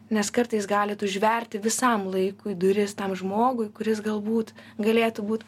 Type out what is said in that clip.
nes kartais galit užverti visam laikui duris tam žmogui kuris galbūt galėtų būt